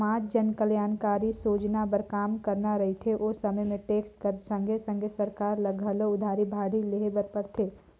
समाज जनकलयानकारी सोजना बर काम करना रहथे ओ समे में टेक्स कर संघे संघे सरकार ल घलो उधारी बाड़ही लेहे ले परथे